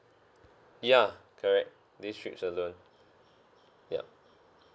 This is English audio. ya correct these trips alone yup